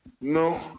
no